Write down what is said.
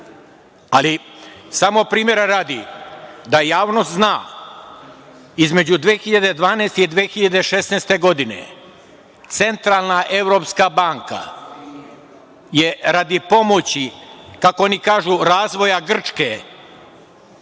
Srbija. Primera radi, da javnost zna, između 2012. i 2016. godine Centralna evropska banka je radi pomoći, kako oni kažu razvoja Grčke,